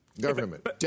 Government